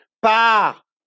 par